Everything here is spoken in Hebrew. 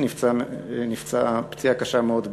שנפצע פציעה קשה מאוד,